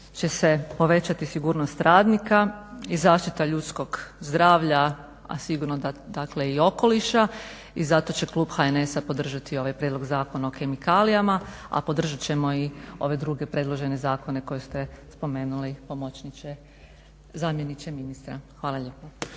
će se povećati sigurnost radnika i zaštita ljudskog zdravlja, a sigurno da dakle i okoliša. I zato će klub HNS-a podržati ovaj prijedlog Zakona o kemikalijama, a podržat ćemo i ove druge predložene zakone koje ste spomenuli pomoćniče zamjeniče ministra. Hvala lijepa.